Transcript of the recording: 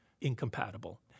incompatible